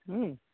ହୁଁ